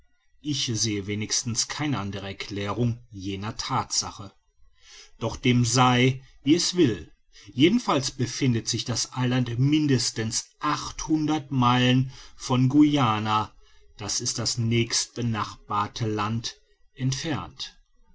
ich sehe wenigstens keine andere erklärung jener thatsache doch dem sei wie es will jedenfalls befindet sich das eiland mindestens meilen von guyana das ist das nächstbenachbarte land entfernt